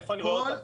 איפה אני רואה אותם?